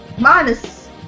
minus